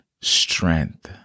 strength